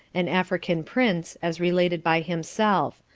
an african prince, as related by himself,